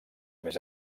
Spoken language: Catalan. més